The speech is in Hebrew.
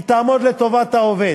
היא תעמוד לטובת העובד.